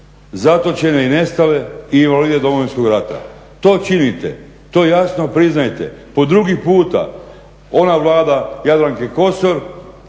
zatočene, nestale i invalide Domovinskog rata, to činite, to jasno priznajte po drugi puta. Ona vlada Jadranke Kosor